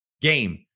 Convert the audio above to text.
game